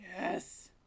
Yes